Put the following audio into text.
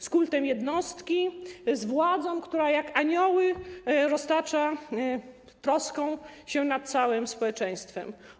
Z kultem jednostki, z władzą, która jak anioły roztacza troskę się nad całym społeczeństwem.